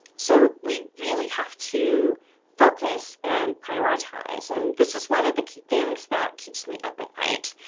so we really have to focus and prioritize. and this is one of the key things that keeps me up at night.